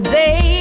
day